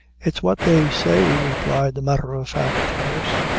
it's what they say, replied the matter-of-fact nurse.